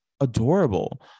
adorable